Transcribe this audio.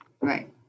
right